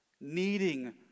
needing